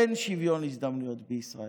אין שוויון הזדמנויות בישראל.